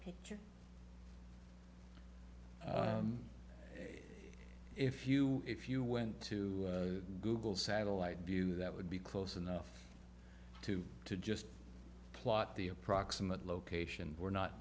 picture if you if you went to google satellite view that would be close enough to to just plot the approximate location we're not